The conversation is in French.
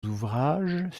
ouvrages